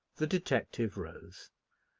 the detective rose.